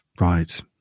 Right